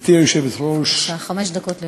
גברתי היושבת-ראש, חמש דקות לרשותך.